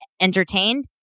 entertained